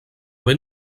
ben